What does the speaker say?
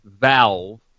valve